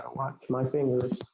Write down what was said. watch my fingers.